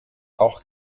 auch